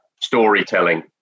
Storytelling